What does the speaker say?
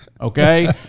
okay